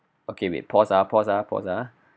okay wait pause ah pause ah pause ah